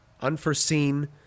unforeseen